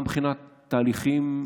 גם מבחינת תהליכים.